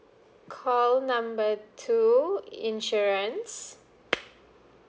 call number two insurance